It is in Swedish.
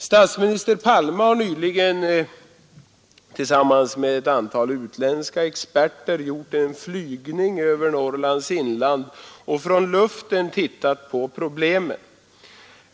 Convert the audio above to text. Statsminister Palme har nyligen tillsammans med ett antal utländska experter gjort en flygning över Norrlands inland och från luften tittat på problemen.